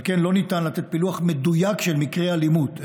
על כן לא ניתן לתת פילוח מדויק של מקרי אלימות.